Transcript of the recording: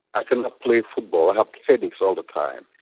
i cannot play football, i have headaches all the time.